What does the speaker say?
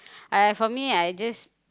uh I for me I just